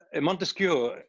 Montesquieu